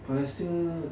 balestier